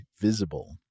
Visible